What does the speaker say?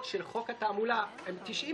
אולי הם מנהלים משא ומתן עכשיו,